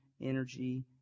energy